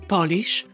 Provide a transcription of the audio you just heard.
Polish